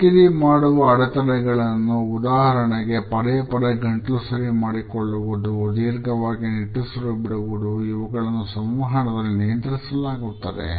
ಕಿರಿಕಿರಿ ಮಾಡುವ ಅಡೆತಡೆಗಳನ್ನು ಉದಾಹರಣೆಗೆ ಪದೇಪದೇ ಗಂಟಲು ಸರಿ ಮಾಡಿಕೊಳ್ಳುವುದು ದೀರ್ಘವಾಗಿ ನಿಟ್ಟುಸಿರು ಬಿಡುವುದು ಇವುಗಳನ್ನು ಸಂವಹನದಲ್ಲಿ ನಿಯಂತ್ರಿಸಲಾಗುತ್ತದೆ